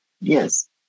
Yes